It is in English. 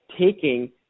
taking